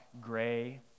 gray